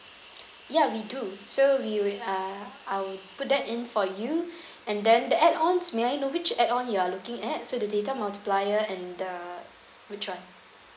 ya we do so we will uh I will put that in for you and then the add ons may I know which add on you are looking at so the data multiplier and the which [one]